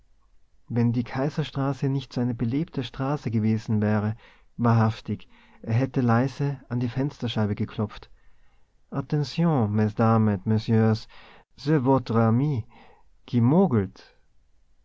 wenn die kaiserstraße nicht eine so belebte straße gewesen wäre wahrhaftig er hätte leise an die fensterscheibe geklopft